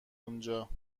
اونجا